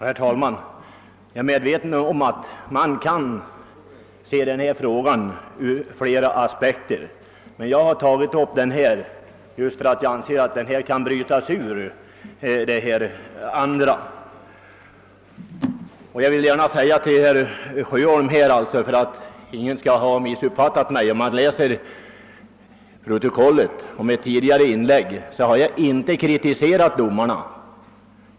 Herr talman! Jag är medveten om att man kan se den här frågan ur flera aspekter, men jag har tagit upp den just därför att jag anser att den kan brytas ur ut problemkomplexet kyrka— stat. För att ingen skall kunna missuppfatta mig vill jag gärna säga — särskilt till herr Sjöholm — att om man läser mitt tidigare inlägg i protokollet skall man se att jag inte har kritiserat domarna.